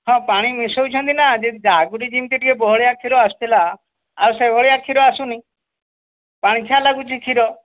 ହଁ ପାଣି ମିଶାଉଛନ୍ତି ନାଁ ଯେମିତି ଆଗରୁ ଯେମିତି ଟିକିଏ ବହଳିଆ କ୍ଷୀର ଆସୁଥିଲା ଆଉ ସେହିଭଳିଆ କ୍ଷୀର ଆସୁନି ପାଣିଚିଆ ଲାଗୁଛି କ୍ଷୀର